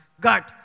God